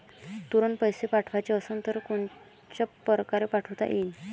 तुरंत पैसे पाठवाचे असन तर कोनच्या परकारे पाठोता येईन?